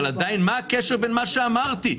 אבל עדיין, מה הקשר למה שאמרתי?